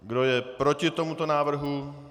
Kdo je proti tomuto návrhu?